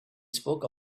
spoke